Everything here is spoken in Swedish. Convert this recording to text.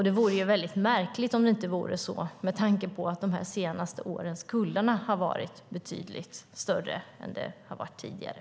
Det vore ju väldigt märkligt om det inte vore så med tanke på att de senaste årens kullar har varit betydligt större än tidigare.